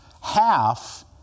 Half